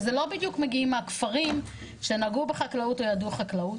לא בדיוק מגיעים מהכפרים שנגעו בחקלאות וידעו מה זה חקלאות,